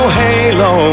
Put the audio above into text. halo